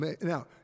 Now